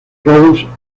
rose